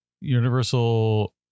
Universal